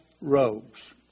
robes